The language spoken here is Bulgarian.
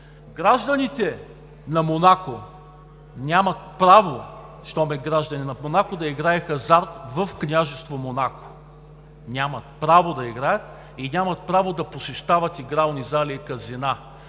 гражданите на Монако нямат право, щом са граждани на Монако, да играят хазарт в Княжество Монако. Нямат право да играят и нямат право да посещават игрални зали и казина!